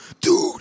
Dude